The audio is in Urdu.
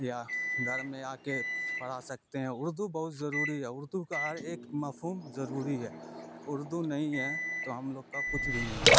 یا گھر میں آ کے پڑھا سکتے ہیں اردو بہت ضروری ہے اردو کا ہر ایک مفہوم ضروری ہے اردو نہیں ہے تو ہم لوگ کا کچھ بھی نہیں ہے